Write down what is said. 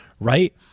right